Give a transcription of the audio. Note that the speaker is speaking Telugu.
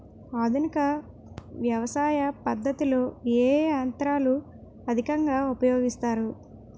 ఆధునిక వ్యవసయ పద్ధతిలో ఏ ఏ యంత్రాలు అధికంగా ఉపయోగిస్తారు?